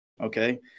okay